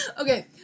Okay